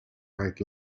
night